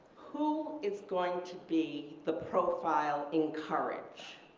who is going to be the profile in courage